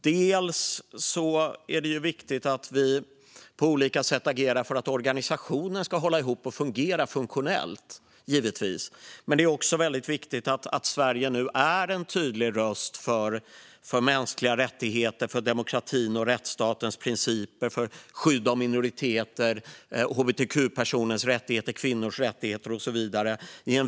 Dels är det givetvis viktigt att vi på olika sätt agerar för att organisationen ska hålla ihop och fungera, dels är det väldigt viktigt att Sverige nu är en tydlig röst för mänskliga rättigheter, demokrati och rättsstatens principer, för skydd av minoriteter, hbtq-personers rättigheter, kvinnors rättigheter och så vidare.